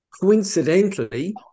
coincidentally